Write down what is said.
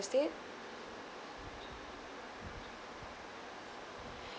estate